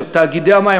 של תאגידי המים,